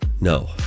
No